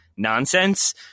nonsense